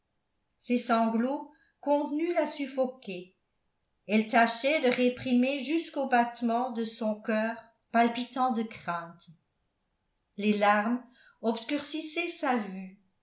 ses sanglots contenus la suffoquaient elle tâchait de réprimer jusqu'aux battements de son coeur palpitant de crainte les larmes